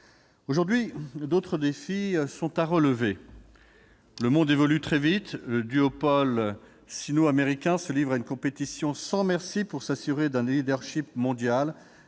Aujourd'hui, d'autres défis sont à relever. Le monde évolue très vite. Le duopole sino-américain se livre à une compétition sans merci pour s'assurer un leadership mondial.